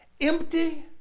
empty